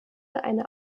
eine